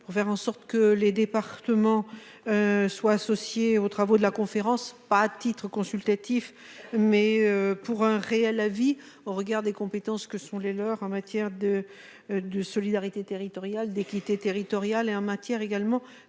pour faire en sorte que les départements. Soient associés aux travaux de la conférence, pas à titre consultatif, mais pour un réel avis au regard des compétences que sont les leurs en matière de. De solidarité territoriale d'équité territoriale et en matière également de